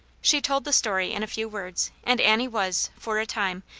she told the story in a few words, and annie was, for a time,